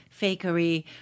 fakery